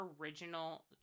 original